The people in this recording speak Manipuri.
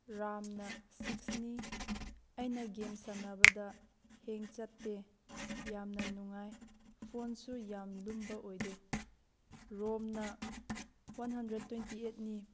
ꯔꯥꯝꯅ ꯁꯤꯛꯁꯅꯤ ꯑꯩꯅ ꯒꯦꯝ ꯁꯥꯟꯅꯕꯗ ꯍꯦꯡ ꯆꯠꯇꯦ ꯌꯥꯝꯅ ꯅꯨꯡꯉꯥꯏ ꯐꯣꯟꯁꯨ ꯌꯥꯝ ꯂꯨꯝꯕ ꯑꯣꯏꯗꯦ ꯔꯣꯝꯅ ꯋꯥꯟ ꯍꯟꯗ꯭ꯔꯦꯗ ꯇ꯭ꯋꯦꯟꯇꯤ ꯑꯩꯠꯅꯤ